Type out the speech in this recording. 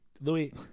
Louis